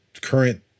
current